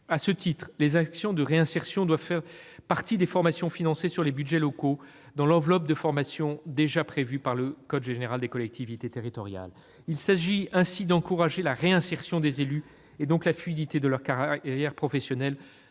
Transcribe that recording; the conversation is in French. À ce titre, les actions de réinsertion doivent faire partie des formations financées sur les budgets locaux, dans l'enveloppe de formation déjà prévue par le code général des collectivités territoriales. Il s'agit ainsi d'encourager la réinsertion des élus, et donc la fluidité de leur carrière professionnelle.